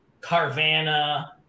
Carvana